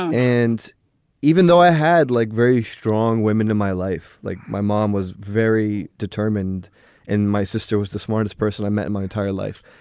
and even though i had like very strong women in my life, like my mom was very determined and my sister was the smartest person i met in my entire life.